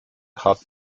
hat